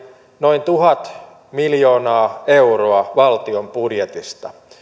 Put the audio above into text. noin tuhat miljoonaa euroa valtion budjetista